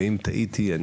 ואם טעיתי בשם,